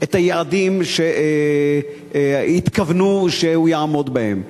את היעדים שהתכוונו שהוא יעמוד בהם.